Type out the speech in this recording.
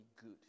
good